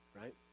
right